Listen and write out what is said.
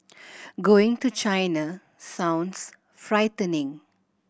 going to China sounds frightening